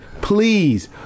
please